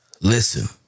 listen